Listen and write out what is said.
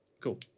Cool